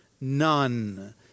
None